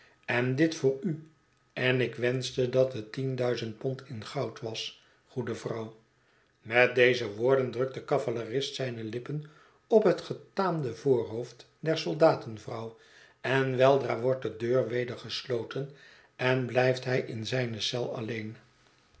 en dit voor u en ik wenschte dat het tien duizend pond in goud was goede vrouw met deze woorden drukt de cavalerist zijne lippen op het getaande voorhoofd der soldatenvrouw en weldra wordt de deur weder gesloten en blijft hij in zijne cel alleen